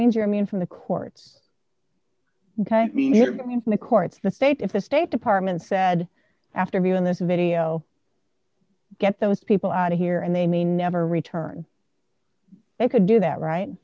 means you're immune from the courts i mean you're coming from the courts the state if the state department said after viewing this video get those people out of here and they may never return they could do that right